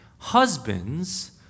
Husbands